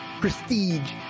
Prestige